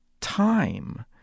time